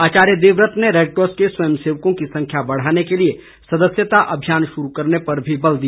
आचार्य देवव्रत ने रेडक्रॉस के स्वयंसेवकों की संख्या बढ़ाने के लिए सदस्यता अभियान शुरू करने पर भी बल दिया